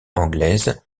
anglaise